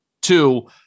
two